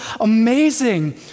amazing